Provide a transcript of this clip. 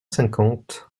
cinquante